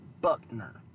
Buckner